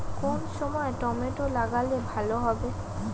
কোন সময় টমেটো লাগালে ভালো হবে?